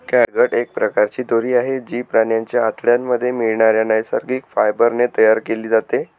catgut एक प्रकारची दोरी आहे, जी प्राण्यांच्या आतड्यांमध्ये मिळणाऱ्या नैसर्गिक फायबर ने तयार केली जाते